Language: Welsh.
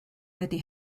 ydi